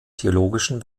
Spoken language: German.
theologischen